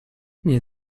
nie